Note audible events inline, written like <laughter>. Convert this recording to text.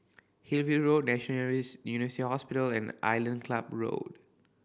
Hillview Road <unintelligible> University Hospital and Island Club Road